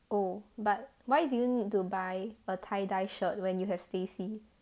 oh but why do you need to buy a tie dye shirt when you have stacy